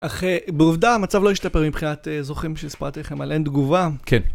אך בעובדה המצב לא השתפר מבחינת... זוכרים שסיפרתי לכם על אין תגובה? כן.